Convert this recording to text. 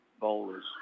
bowlers